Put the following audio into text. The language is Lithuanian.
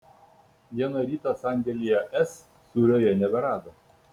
vieną rytą sandėlyje s sūrio jie neberado